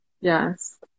Yes